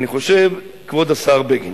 אני חושב, כבוד השר בגין,